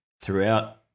throughout